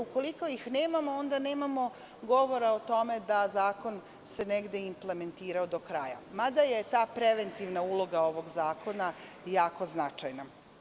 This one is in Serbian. Ukoliko ih nemamo, onda nemamo govora o tome da se zakon negde implementirao do kraja, mada je ta preventivna uloga ovog zakona jako značajna.